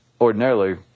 ordinarily